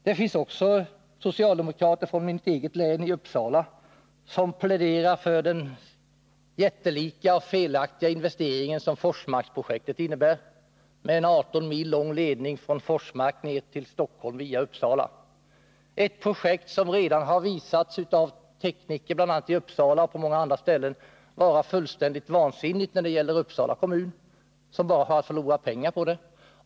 Det finns socialdemokrater från mitt eget län — Upplands — som pläderar för den jättelika och felaktiga investering som Forsmarksprojektet innebär, med en 18 mil lång ledning från Forsmark via Uppsala till Stockholm, ett projekt som redan av tekniker, bl.a. i Uppsala, visats vara fullständigt vansinnigt för Uppsala kommun, som bara har att förlora pengar på det.